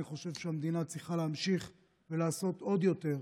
אני חושב שהמדינה צריכה להמשיך ולעשות עוד יותר,